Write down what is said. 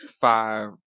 five